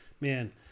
man